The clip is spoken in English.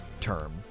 term